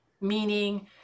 meaning